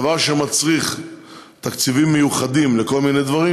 דבר שמצריך תקציבים מיוחדים לכל מיני דברים,